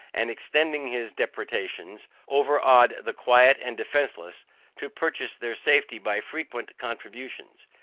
and extending his depredations, over-awed the quiet and defenceless to purchase their safety by frequent contributions.